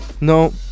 No